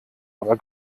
aber